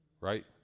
right